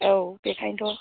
औ बेखाइन्थ'